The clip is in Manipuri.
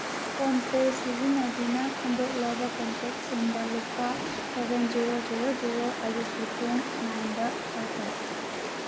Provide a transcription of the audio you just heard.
ꯐꯣꯟ ꯄꯦ ꯁꯤꯖꯤꯟꯅꯗꯨꯅ ꯀꯟꯇꯦꯛꯁꯤꯡꯗ ꯂꯨꯄꯥ ꯁꯚꯦꯟ ꯖꯦꯔꯣ ꯖꯦꯔꯣ ꯖꯦꯔꯣ ꯑꯌꯨꯛꯀꯤ ꯄꯨꯡ ꯅꯥꯏꯟꯗ ꯊꯥꯈꯣ